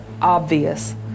obvious